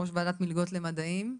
ראש וועדת מלגות למדעים,